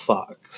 Fox